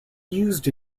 used